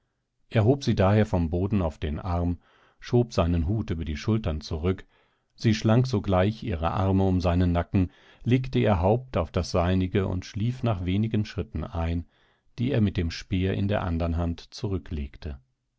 er hob sie daher vom boden auf den arm schob seinen hut über die schultern zurück sie schlang sogleich ihre arme um seinen nacken legte ihr haupt auf das seinige und schlief nach wenigen schritten ein die er mit dem speer in der anderen hand zurücklegte